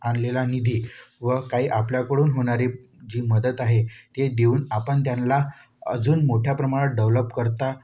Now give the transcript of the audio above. आणलेला निधी व काही आपल्याकडून होणारी जी मदत आहे ती देऊन आपण त्यांला अजून मोठ्या प्रमाणात डेव्हलप करता